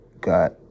got